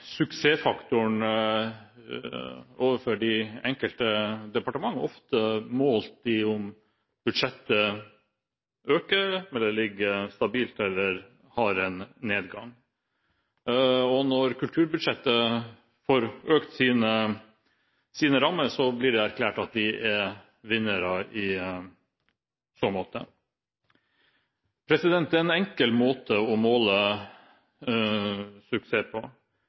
suksessfaktoren for de enkelte departementer ofte målt i om budsjettet øker, ligger stabilt eller har en nedgang. Og når kulturbudsjettet får økt sine rammer, blir det erklært at de er vinnere i så måte. Det er en enkel måte å måle suksess på.